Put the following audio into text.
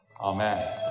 Amen